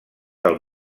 del